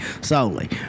solely